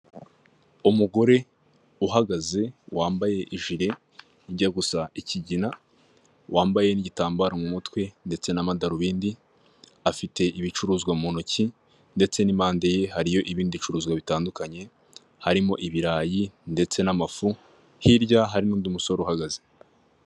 Umugore uhagaze wambaye ijiri ijya gusa ikigina, wambaye n'igitambaro mu mutwe ndetse n'amadarubindi, afite ibicuruzwa mu ntoki ndetse n'impande ye hariyo ibindi bicuruzwa bitandukanye, harimo ibirayi ndetse n'amafu hirya hari n'undi musore uhagaze.